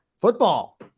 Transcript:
Football